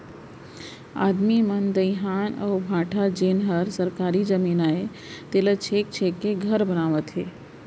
आदमी मन दइहान अउ भाठा जेन हर सरकारी जमीन अय तेला छेंक छेंक के घर बनावत हें